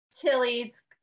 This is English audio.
Tilly's